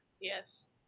Yes